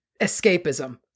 escapism